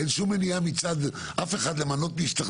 אין שום מניעה מצד אף אחד למנות מי שצריך